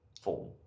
form